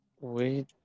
Wait